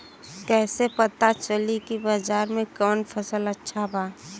कैसे पता चली की बाजार में कवन फसल अच्छा बा?